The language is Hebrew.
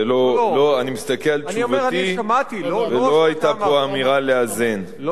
אני מסתכל על תשובתי ולא רואה, לא,